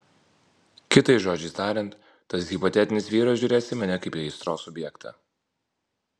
kitais žodžiai tariant tas hipotetinis vyras žiūrės į mane kaip į aistros objektą